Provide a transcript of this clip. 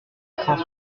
cent